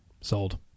Sold